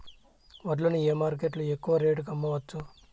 వడ్లు ని ఏ మార్కెట్ లో ఎక్కువగా రేటు కి అమ్మవచ్చు?